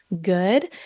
good